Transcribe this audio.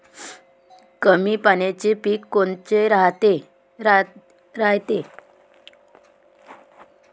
कमी पाण्याचे पीक कोनचे रायते?